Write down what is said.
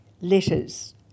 letters